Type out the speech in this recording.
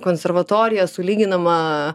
konservatorija sulyginama